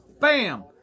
Bam